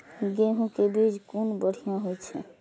गैहू कै बीज कुन बढ़िया होय छै?